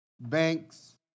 banks